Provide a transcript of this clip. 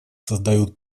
создают